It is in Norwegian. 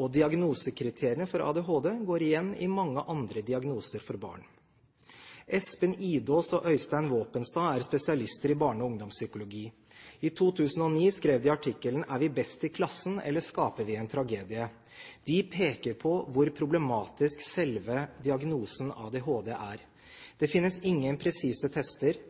Og diagnosekriteriene for ADHD går igjen i mange andre diagnoser for barn. Espen Idås og Eystein Våpenstad er spesialister i barne- og ungdomspsykologi. I 2009 skrev de artikkelen «Er vi best i klassen, eller skaper vi en tragedie?». De peker på hvor problematisk selve diagnosen ADHD er. Det finnes ingen presise tester,